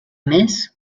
més